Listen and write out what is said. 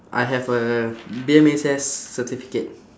I have a B_M_H_S certificate